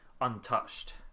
untouched